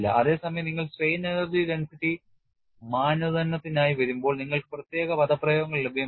അതേസമയം നിങ്ങൾ strain energy density മാനദണ്ഡത്തിനായി വരുമ്പോൾ നിങ്ങൾക്ക് പ്രത്യേക പദപ്രയോഗങ്ങൾ ലഭ്യമാണ്